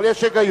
אבל יש היגיון.